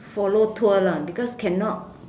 follow tour lah because cannot